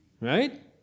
Right